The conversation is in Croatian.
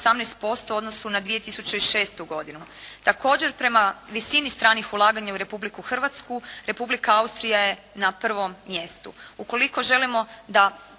18% u odnosu na 2006. godinu. Također, prema visini stranih ulaganja u Republiku Hrvatsku, Republika Austrija je na prvom mjestu.